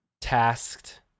tasked